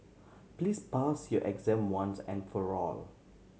please pass your exam once and for all